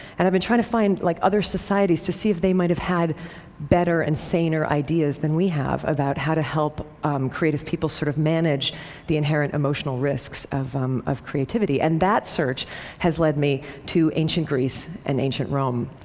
and i've been trying to find like other societies to see if they might have had better and saner ideas than we have about how to help creative people sort of manage the inherent emotional risks of um of creativity. and that search has led me to ancient greece and ancient rome.